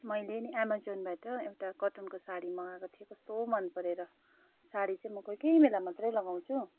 मैले नि एमाजनबाट एउटा कटनको साडी मगाएको थिएँ कस्तो मन परेर साडी चाहिँ म कोही कोही बेला मात्रै लगाउँछु